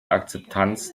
akzeptanz